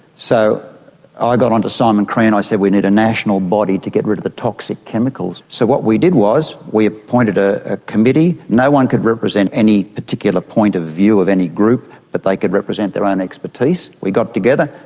so i got on to simon crean, i said we need a national body to get rid of the toxic chemicals. so what we did was we appointed a committee. no one could represent any particular point of view of any group but they could represent their own expertise. we got together,